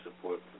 support